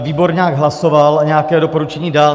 Výbor nějak hlasoval a nějaké doporučení dal.